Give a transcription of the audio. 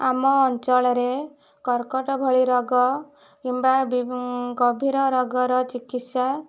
ଆମ ଅଞ୍ଚଳରେ କର୍କଟ ଭଳି ରୋଗ କିମ୍ବା ଗଭୀର ରୋଗର ଚିକିତ୍ସା